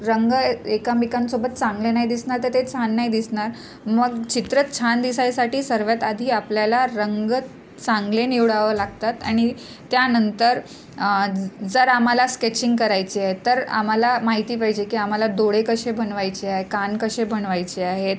रंग ए एकमेकांसोबत चांगले नाही दिसणार तर ते छान नाही दिसणार मग चित्र छान दिसायसाठी सर्व्यात आधी आपल्याला रंग चांगले निवडावं लागतात आणि त्यानंतर ज जर आम्हाला स्केचिंग करायची आहे तर आम्हाला माहिती पाहिजे की आम्हाला डोळे कसे बनवायचे आहेत कान कसे बनवायचे आहेत